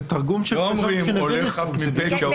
לא אומרים הולך חף מפשע.